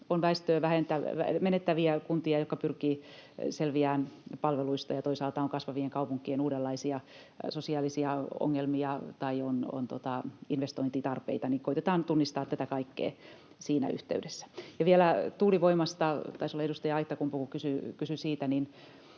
on väestöä menettäviä kuntia, jotka pyrkivät selviämään palveluista, ja toisaalta on kasvavien kaupunkien uudenlaisia sosiaalisia ongelmia tai on investointitarpeita. Koetetaan tunnistaa tätä kaikkea siinä yhteydessä. Ja vielä tuulivoimasta — taisi olla edustaja Aittakumpu, joka kysyi siitä: